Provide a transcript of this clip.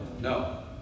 No